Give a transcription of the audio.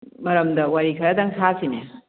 ꯃꯔꯝꯗ ꯋꯥꯔꯤ ꯈꯔꯗꯪ ꯁꯥꯁꯤꯅꯦ